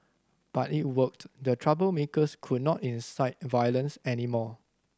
but it worked the troublemakers could not incite violence anymore